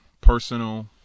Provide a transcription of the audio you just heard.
personal